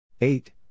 Eight